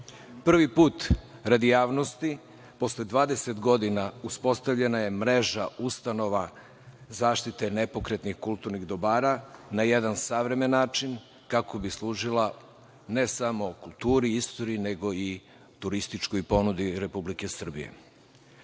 put radi javnosti posle 20 godina uspostavljena je mreža ustanova Zaštite nepokretnih kulturnih dobara na jedan savremeni način kako bi služila ne samo kulturi, istoriji, nego i turističkoj ponudi Republike Srbije. Danas